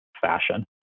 fashion